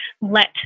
let